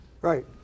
Right